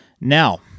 Now